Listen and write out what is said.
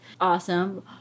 awesome